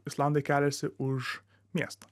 islandai keliasi už miesto